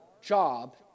job